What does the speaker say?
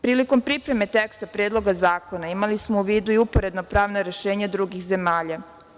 Prilikom pripreme teksta Predloga zakona imali smo u vidu i uporedno pravna rešenja drugih zemalja.